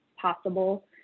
possible